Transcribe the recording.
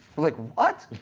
like, what?